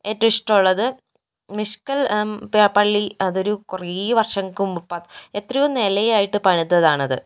ഏറ്റവും ഇഷ്ടമുള്ളത് മിഷ്കൽ പള്ളി അതൊരു കുറേ വർഷങ്ങക്കു മുമ്പ് എത്രയോ നിലയായിട്ട് പണിതതാണത്